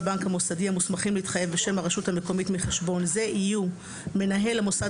*המוסמכים להתחייב בשם הרשות המקומית מחשבון זה יהיו מנהל המוסד